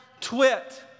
twit